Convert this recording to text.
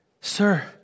Sir